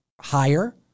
higher